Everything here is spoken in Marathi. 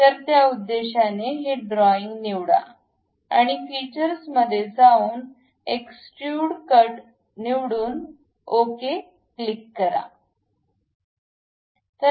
तर त्या उद्देशाने हे ड्रॉईंग निवडा आणि फीचर्स मध्ये जाऊन एक्सट्रूड कट निवडून ओके क्लिक करा